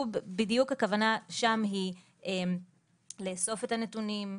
בדיוק הכוונה שם היא לאסוף את הנתונים,